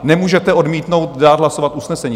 Nemůžete odmítnout dát hlasovat usnesení.